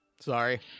Sorry